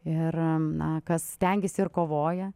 ir na kas stengiasi ir kovoja